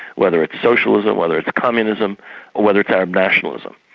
whether it's socialism, whether it's communism, or whether it's arab nationalism.